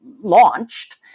launched